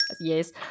Yes